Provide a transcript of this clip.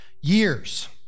Years